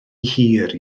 hir